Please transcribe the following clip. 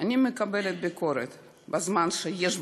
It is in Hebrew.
אני מקבלת ביקורת בזמן שיש ביקורת,